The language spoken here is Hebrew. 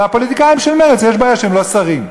לפוליטיקאים של מרצ יש בעיה, שהם לא שרים.